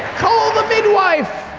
call the midwife!